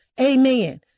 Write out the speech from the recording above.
amen